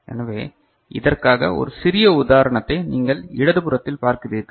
எனவே இதற்காக ஒரு சிறிய உதாரணத்தை நீங்கள் இடது புறத்தில் பார்க்கிறீர்கள்